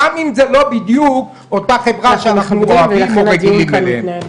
גם אם זה לא בדיוק אותה חברה שאנחנו אוהבים או רגילים אליה.